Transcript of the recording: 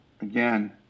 again